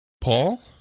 Paul